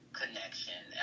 connection